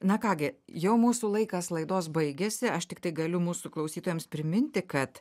na ką gi jau mūsų laikas laidos baigėsi aš tiktai galiu mūsų klausytojams priminti kad